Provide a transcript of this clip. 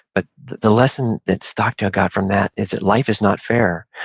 but the lesson that stockdale got from that is that life is not fair,